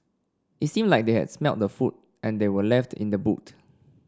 it seemed like they had smelt the food and they were left in the boot